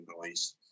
noise